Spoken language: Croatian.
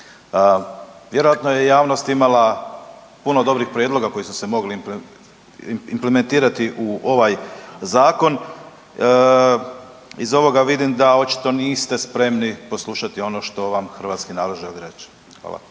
Vjerojatno je javnost imala puno dobrih prijedloga koji su se mogli implementirati u ovaj zakon. Iz ovoga vidim da očito niste spremni poslušati ono što vam hrvatski narod želi reći. Hvala.